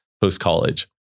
post-college